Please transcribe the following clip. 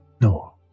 No